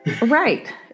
Right